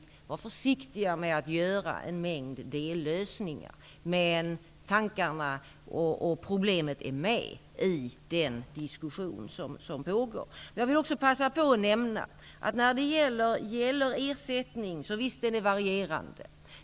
måste vi vara försiktiga när det gäller att åstadkomma en mängd dellösningar. Det problemet och tankarna på dessa saker finns med i den diskussion som pågår. Jag vill också passa på att nämna följande. Visst är ersättningen varierande.